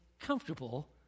comfortable